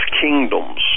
kingdoms